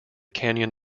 kenyan